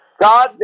God